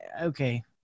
okay